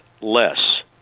less